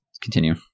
continue